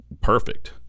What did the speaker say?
perfect